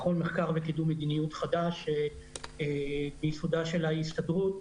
מכון מחקר וקידום מדיניות חדש מייסודה של ההסתדרות,